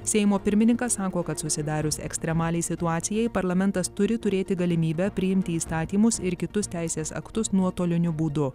seimo pirmininkas sako kad susidarius ekstremaliai situacijai parlamentas turi turėti galimybę priimti įstatymus ir kitus teisės aktus nuotoliniu būdu